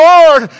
Lord